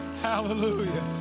hallelujah